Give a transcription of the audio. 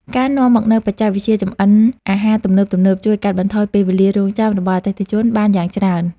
ការនាំមកនូវបច្ចេកវិទ្យាចម្អិនអាហារទំនើបៗ ជួយកាត់បន្ថយពេលវេលារង់ចាំរបស់អតិថិជនបានយ៉ាងច្រើន។